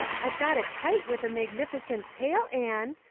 i've got a kite with a magnificent tail, anne.